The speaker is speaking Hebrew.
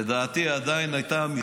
לדעתי המכסה עדיין הייתה,